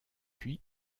puis